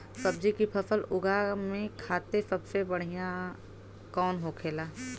सब्जी की फसल उगा में खाते सबसे बढ़ियां कौन होखेला?